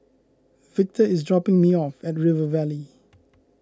Victor is dropping me off at River Valley